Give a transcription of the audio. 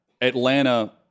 Atlanta